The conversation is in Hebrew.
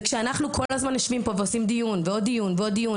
ושאנחנו יושבים פה ומקיימים דיון ועוד אחד ועוד אחד,